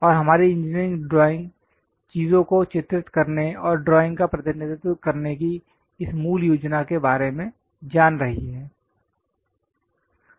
और हमारी engineering drawing चीजों को चित्रित करने और ड्राइंग का प्रतिनिधित्व करने की इस मूल योजना के बारे में जान रही है